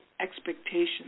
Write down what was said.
expectations